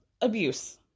abuse